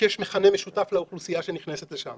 שיש בו מכנה משותף לאוכלוסייה שמגיעה אליו.